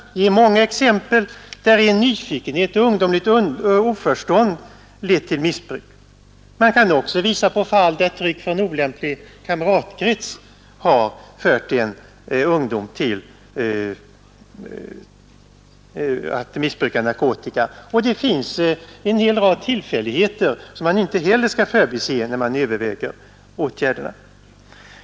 Det finns många exempel på att t.ex. nyfikenhet och ungdomligt oförstånd har lett till missbruk. Man kan också visa på fall där påverkan från en olämplig kamratkrets har fört en ungdom in på missbruk av narkotika. Det finns en hel rad tillfälligheter som man inte heller skall förbise när man överväger åtgärderna.